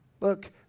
Look